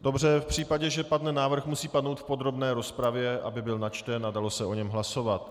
Dobře, v případě, že padne návrh, musí padnout v podrobné rozpravě, aby byl načten a dalo se o něm hlasovat.